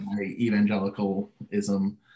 evangelicalism